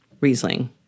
Riesling